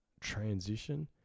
transition